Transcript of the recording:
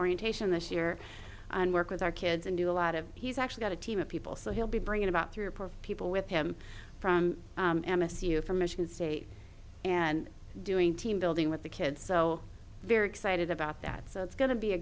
orientation this year and work with our kids and do a lot of he's actually got a team of people so he'll be bringing about three poor people with him from amis you know from michigan state and doing team building with the kids so very excited about that so it's going to be a